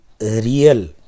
real